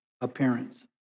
appearance